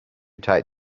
tight